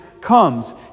comes